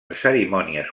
cerimònies